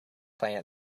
playing